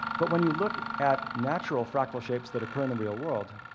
but when you look at natural fractal shapes that occur in the real world,